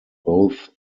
both